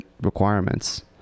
requirements